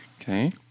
Okay